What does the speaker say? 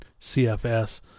CFS